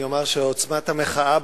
אני אומר שעוצמת המחאה,